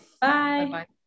Bye